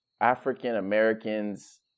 African-Americans